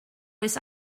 oes